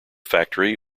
factory